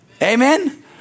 Amen